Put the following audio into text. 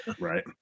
Right